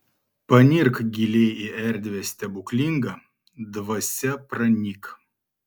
panirk giliai į erdvę stebuklingą dvasia pranyk